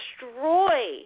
destroy